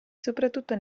soprattutto